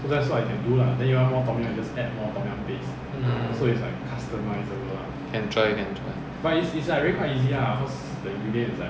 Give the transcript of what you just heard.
mm can try can try